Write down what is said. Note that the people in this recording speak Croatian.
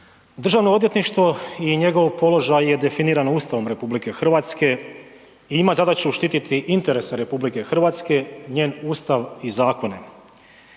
Državno odvjetništvo i njegov položaj je definiran Ustavom RH i ima zadaće štititi interese RH, njen Ustav i zakone.